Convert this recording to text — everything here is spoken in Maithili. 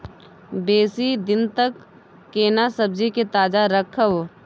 बेसी दिन तक केना सब्जी के ताजा रखब?